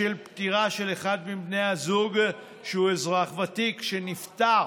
בשל פטירה של אחד מבני הזוג שהוא אזרח ותיק שנפטר